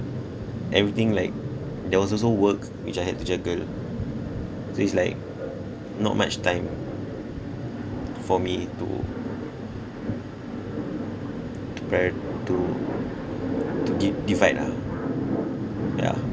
everything like there was also work which I had to juggle so it's like not much time for me to to prio~ to to g~ divide ah yeah